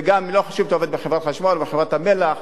וגם לא חשוב אם אתה עובד בחברת החשמל או בחברת המלח.